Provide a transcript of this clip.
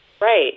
Right